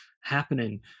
happening